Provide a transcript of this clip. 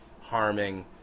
harming